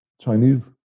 Chinese